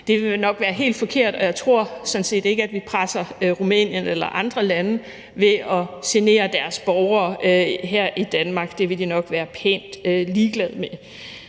Det vil nok være helt forkert, og jeg tror sådan set ikke, at vi presser Rumænien eller andre lande ved at genere deres borgere her i Danmark. Det vil de nok være pænt ligeglade med.